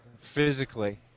physically